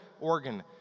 organ